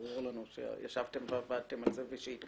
ברור לנו שישבתם ועבדתם על זה והתקדמתם.